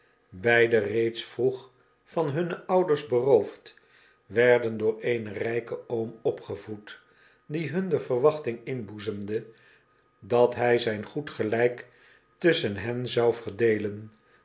reeds vroeg van hunne ouders beroofd werden door eenen rpen oom opgevoed die bun de verwachting inboezemde dat hy zyn goed geljjk tusschen hen zou verdeelen